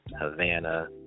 Havana